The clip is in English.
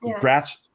grass